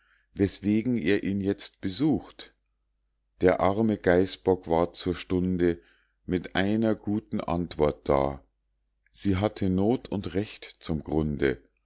weßwegen er ihn jetzt besucht der arme geißbock war zur stunde mit einer guten antwort da sie hatte noth und recht zum grunde